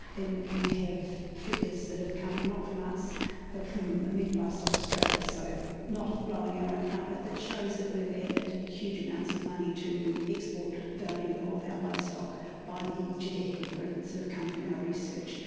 and we have figures that have come not from us but from meat and livestock australia, so, not blowing our own trumpet, that shows that we've added huge amounts of money to export value of our livestock by the genetic improvements that have come from our research,